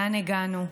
לאן הגענו.